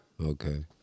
Okay